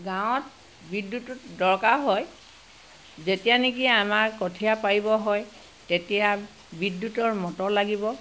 গাঁৱত বিদ্যুৎটো দৰকাৰ হয় যেতিয়া নিকি আমাৰ কঠীয়া পাৰিব হয় তেতিয়া বিদ্যুতৰ মটৰ লাগিব